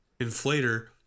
inflator